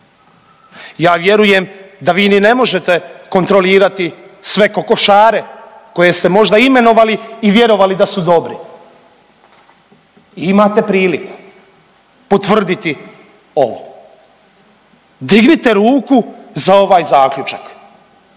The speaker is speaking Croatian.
ja vjerujem da vi ni ne možete kontrolirati sve kokošare koje ste možda imenovali i vjerovali da su dobri. Imate priliku potvrditi ovo. Dignite ruku za ovaj zaključak,